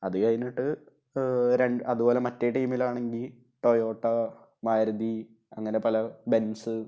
അത് കഴിഞ്ഞിട്ട് അതുപോലെ മറ്റേ ടീമിലാണെങ്കില് ടൊയോട്ട മാരുതി അങ്ങനെ പല ബെൻസ്